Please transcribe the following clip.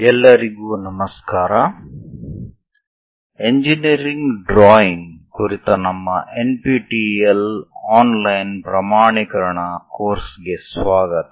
ಎಲ್ಲರಿಗೂ ನಮಸ್ಕಾರ engineering drawing ಕುರಿತ ನಮ್ಮ NPTEL online ಪ್ರಮಾಣೀಕರಣ ಕೋರ್ಸ್ ಗೆ ಸ್ವಾಗತ